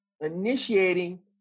initiating